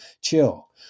chill